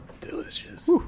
Delicious